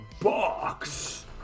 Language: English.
box